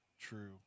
true